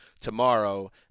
tomorrow